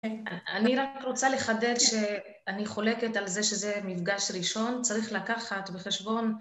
אני רק רוצה לחדד שאני חולקת על זה שזה מפגש ראשון, צריך לקחת בחשבון